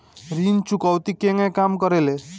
ऋण चुकौती केगा काम करेले?